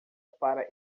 para